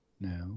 No